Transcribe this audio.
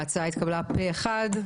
ההצעה התקבלה פה אחד.